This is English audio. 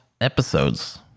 episodes